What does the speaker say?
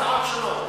הוגשו הצעות שונות.